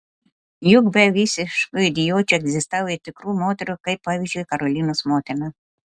juk be visiškų idiočių egzistavo ir tikrų moterų kaip pavyzdžiui karolinos motina